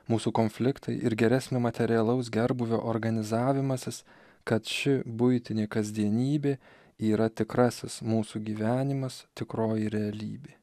mūsų konfliktai ir geresnio materialaus gerbūvio organizavimasis kad ši buitinė kasdienybė yra tikrasis mūsų gyvenimas tikroji realybė